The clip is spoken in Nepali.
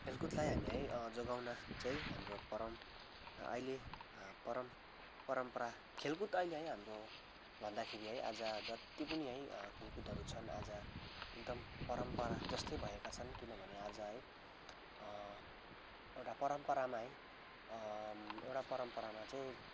खेलकुदलाई हामी है जोगाउन चाहिँ हाम्रो परम आहिले अँ परम् परम्परा खेलकुद अहिले है हाम्रो भन्दाखेरि है आज जति पनि है खेलकुदहरू छन् आज एकदम परम्पराजस्तै भएका छन् किनभने आज है एउटा परम्परामा है एउटा परम्परामा चाहिँ